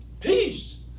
peace